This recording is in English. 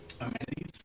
amenities